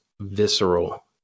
visceral